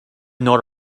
not